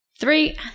Three